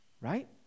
Right